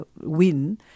win